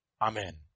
Amen